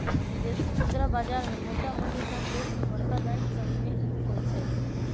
विदेशी मुद्रा बाजार में मोटामोटी सभ देश के बरका बैंक सम्मिल होइ छइ